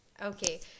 Okay